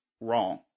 wrong